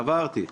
עברתי.